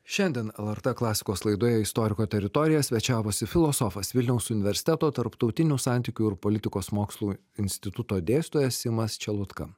šiandien lrt klasikos laidoje istoriko teritorija svečiavosi filosofas vilniaus universiteto tarptautinių santykių ir politikos mokslų instituto dėstytojas simas čelutka